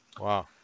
Wow